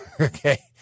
okay